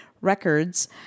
records